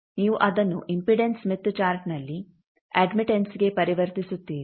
ನೀವು ಅದನ್ನು impedance Smith ಚಾರ್ಟ್ನಲ್ಲಿ ಅಡ್ಮಿಟೆಂಸ್ಗೆ ಪರಿವರ್ತಿಸುತ್ತೀರಿ